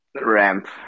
ramp